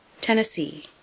Tennessee